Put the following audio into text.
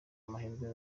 amahirwe